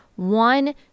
one